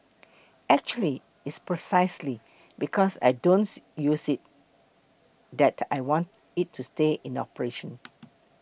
actually it's precisely because I don't use it that I want it to stay in operation